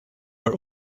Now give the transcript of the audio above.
are